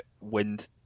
wind